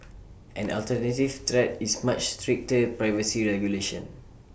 an alternative threat is much stricter privacy regulation